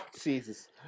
Jesus